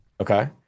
Okay